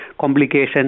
complications